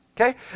Okay